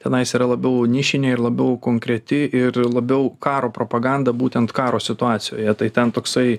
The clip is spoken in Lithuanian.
tenais yra labiau nišinė ir labiau konkreti ir labiau karo propaganda būtent karo situacijoje tai ten toksai